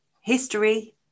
History